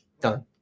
done